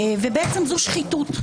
בעצם זאת שחיתות.